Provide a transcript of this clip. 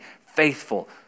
faithful